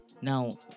Now